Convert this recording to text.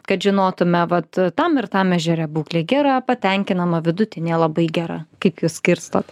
kad žinotume vat tam ir tam ežere būklė gera patenkinama vidutinė labai gera kaip jūs skirstot